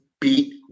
beat